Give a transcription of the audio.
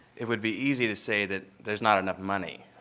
it would be easy to say that there's not enough money,